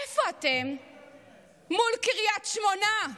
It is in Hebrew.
איפה אתם מול קריית שמונה?